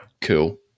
cool